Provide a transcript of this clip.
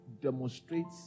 demonstrates